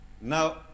Now